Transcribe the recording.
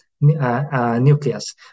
Nucleus